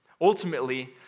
Ultimately